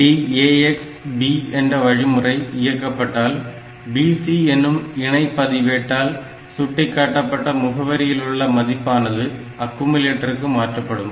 LDAX B என்ற வழிமுறை இயக்கப்பட்டால் BC எனும் இணை பதிவேட்டால் சுட்டிகாட்டப்பட்ட முகவரியில் உள்ள மதிப்பானது அக்குமுலேட்டருக்கு மாற்றப்படும்